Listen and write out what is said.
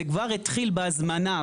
זה כבר התחיל בהזמנה,